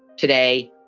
today,